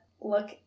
look